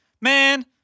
man